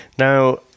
Now